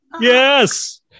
Yes